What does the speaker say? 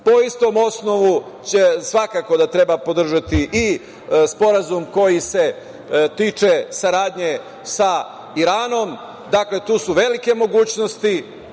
istom osnovu, svakako da treba podržati i sporazum koji se tiče saradnje sa Iranom. Dakle, tu su velike mogućnosti,